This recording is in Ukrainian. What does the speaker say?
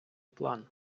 план